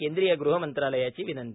केंद्रीय ग़ह मंत्रालयाची विनंती